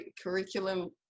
curriculum